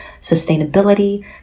sustainability